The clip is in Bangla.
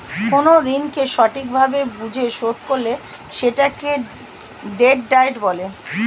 কোন ঋণকে সঠিক ভাবে বুঝে শোধ করলে সেটাকে ডেট ডায়েট বলে